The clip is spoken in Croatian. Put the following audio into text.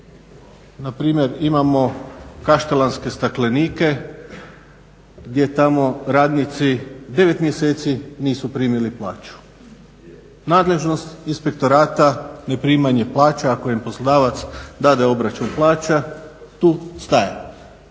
na primjer imamo kaštelanske staklenike gdje tamo radnici 9 mjeseci nisu primili plaću. Nadležnost inspektorata, ne primanje plaća, ako im poslodavac dade obračun plaća tu staje.